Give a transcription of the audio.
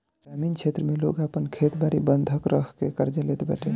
ग्रामीण क्षेत्र में लोग आपन खेत बारी बंधक रखके कर्जा लेत बाटे